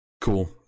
Cool